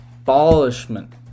abolishment